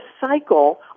cycle